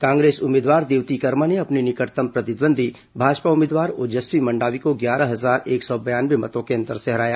कांग्रेस उम्मीदवार देवती कर्मा ने अपनी निकटतम प्रतिद्वंदी भाजपा उम्मीदवार ओजस्वी मंडावी को ग्यारह हजार एक सौ बयानवे मतों के अंतर से हराया